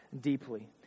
deeply